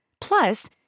Plus